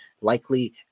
likely